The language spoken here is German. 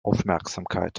aufmerksamkeit